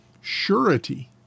Surety